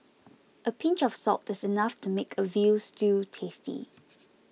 a pinch of salt is enough to make a Veal Stew tasty